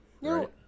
No